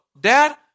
Dad